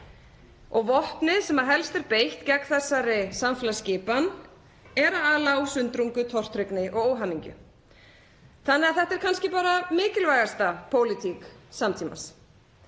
og vopnið, sem helst er beitt gegn þessari samfélagsskipan, er að ala á sundrungu, tortryggni og óhamingju þannig að þetta er kannski bara mikilvægasta pólitík samtímans.